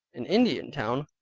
an indian town,